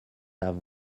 have